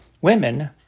women